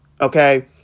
okay